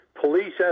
Police